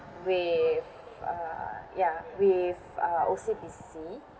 with uh ya with uh O_C_B_C